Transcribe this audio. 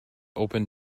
open